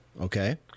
okay